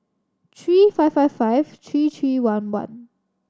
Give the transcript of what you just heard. three five five five three three one one